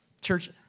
Church